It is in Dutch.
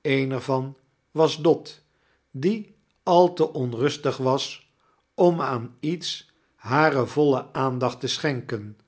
een er van was dot die al te onrustig was am aan iets hare voile aandacht te schenken